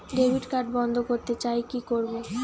Debit card বন্ধ করতে চাই কি করব?